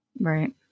Right